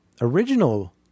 original